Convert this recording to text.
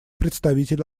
представитель